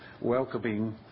welcoming